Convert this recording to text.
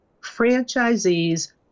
Franchisees